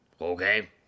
okay